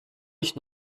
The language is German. ich